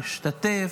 להשתתף,